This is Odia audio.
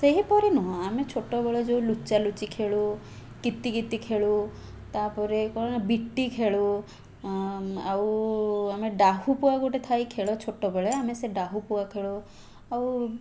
ସେହିପରି ନୁହେଁ ଆମେ ଛୋଟବେଳେ ଯେଉଁ ଲୁଚାଲୁଚି ଖେଳୁ କିତିକିତି ଖେଳୁ ତା'ପରେ କ'ଣ ବିଟି ଖେଳୁ ଆଉ ଆମେ ଡାହୁକୁଆ ଗୋଟେ ଥାଏ ଖେଳୁ ଆମେ ଛୋଟବେଳେ ସେ ଡାହୁକୁଆ ଖେଳୁ ଆଉ